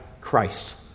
Christ